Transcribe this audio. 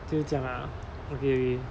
就是这样啊 okay okay